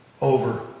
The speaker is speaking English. Over